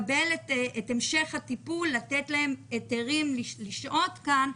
כחוק לקבל היתרים כמעט באופן אוטומטי.